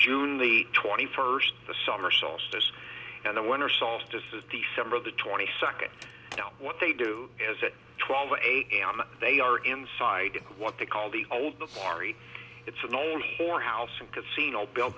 june the twenty first the summer solstice and the winter solstice is december the twenty second you know what they lou is it twelve am they are inside what they call the old the quarry it's an old whorehouse in casino